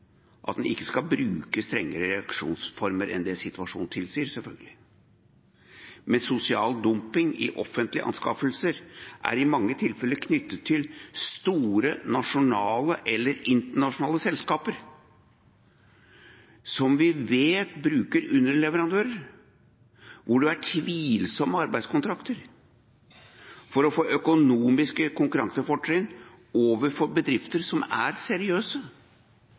at en ikke skal bruke strengere reaksjonsformer enn det situasjonen tilsier, selvfølgelig, men sosial dumping i offentlige anskaffelser er i mange tilfeller knyttet til store nasjonale eller internasjonale selskaper som vi vet bruker underleverandører hvor det er tvilsomme arbeidskontrakter, for å få økonomiske konkurransefortrinn overfor bedrifter som er seriøse.